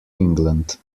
england